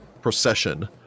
procession